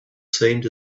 seemed